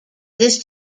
this